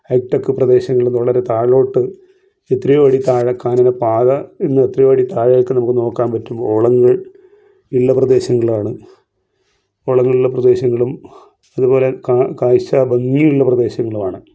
hi tech പ്രദേശങ്ങൾ വളരെ താഴോട്ട് എത്രയോ അടി താഴെ കാനനപാത എന്ന് എത്രയോ അടി താഴേക്ക് നമുക്ക് നോക്കാൻ പറ്റും ഓളങ്ങൾ ഉള്ള പ്രദേശങ്ങളാണ് ഓളങ്ങൾ ഉള്ള പ്രദേശങ്ങളും അതുപോലെ കാഴ്ച ഭംഗി ഉള്ള പ്രദേശങ്ങളും ആണ്